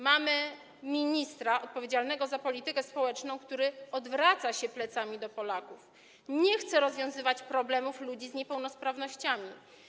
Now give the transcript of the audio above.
Mamy ministra odpowiedzialnego za politykę społeczną, który odwraca się plecami do Polaków, nie chce rozwiązywać problemów ludzi z niepełnosprawnościami.